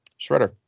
Shredder